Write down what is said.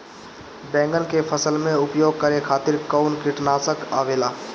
बैंगन के फसल में उपयोग करे खातिर कउन कीटनाशक आवेला?